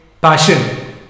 passion